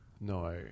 No